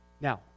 Now